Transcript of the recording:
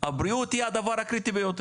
הבריאות היא הדבר הקריטי ביותר.